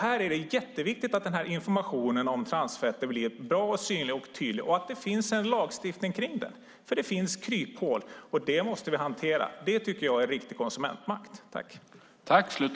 Här är det viktigt att informationen om transfetter blir bra, synlig och tydlig och att det finns en lagstiftning. Det finns kryphål. Dem måste vi hantera. Det är riktig konsumentmakt.